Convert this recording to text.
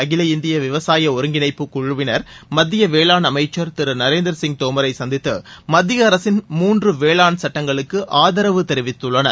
அகில இந்திய விவசாய ஒருங்கிணைப்புக் குழுவினர் மத்திய வேளாண் அமைச்சர் நரேந்திர சிங் தோமரை சந்தித்து மத்திய அரசின் மூன்று வேளாண் சட்டங்களுக்கு ஆதரவு தெரிவித்துள்ளனர்